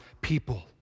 people